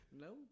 No